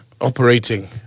operating